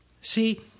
See